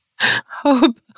Hope